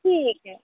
ठीक ऐ